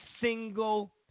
single